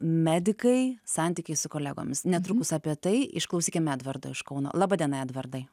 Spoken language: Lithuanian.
medikai santykiai su kolegomis netrukus apie tai išklausykim edvardo iš kauno laba diena edvardai